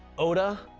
oda,